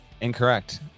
Incorrect